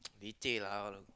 leceh lah all